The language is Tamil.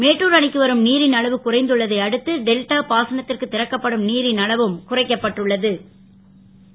மேட்டூர் அணைக்கு வரும் நீரின் அளவு குறைந்துள்ளதை அடுத்து டெல்டா பாசனத் ற்கு றக்கப்படும் நீரின் அளவும் குறைக்கப்பட்டு உள்ள து